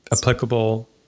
applicable